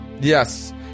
Yes